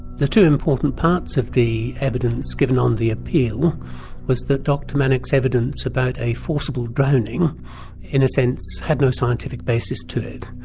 the two important parts of the evidence given on the appeal was that dr manock's evidence about a forcible drowning in a sense had no scientific basis to it.